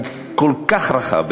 הוא כל כך רחב,